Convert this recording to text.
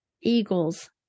eagles